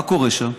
מה קורה שם?